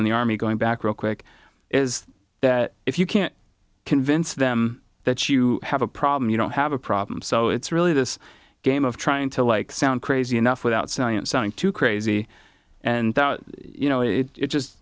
in the army going back real quick is that if you can't convince them that you have a problem you don't have a problem so it's really this game of trying to like sound crazy enough without science sounding too crazy and you know it just